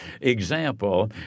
example